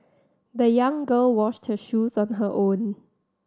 the young girl washed her shoes on her own